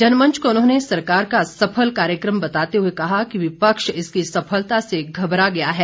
जनमंच को उन्होंने सरकार का सफल कार्यक्रम बताते हुए कहा कि विपक्ष इसकी सफलता से घबरा गया है